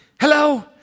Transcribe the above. hello